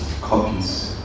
copies